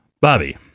Bobby